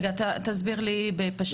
תסביר לי בפשטות.